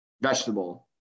vegetable